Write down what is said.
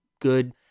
good